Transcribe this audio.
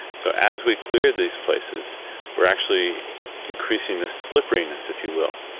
so as we clear these places we're actually increasing the slipperiness, if you will,